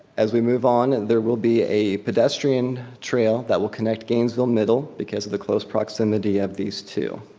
as we move on, and there will be a pedestrian trail that will connect gainesville middle because of the close proximity of these two.